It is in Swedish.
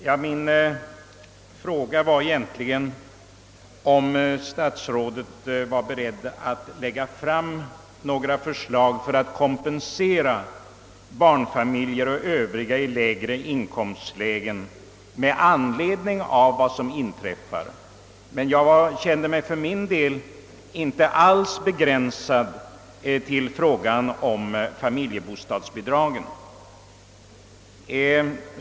Ja, min fråga var om statsrådet var beredd att lägga fram några förslag för att kompensera barnfamiljer och övriga i lägre inkomstlägen med anledning av de höjning hyreshöjningar som kommer att inträda. Jag åsyftade emellertid inte någon begränsning till frågan om familjebostadsbidragen.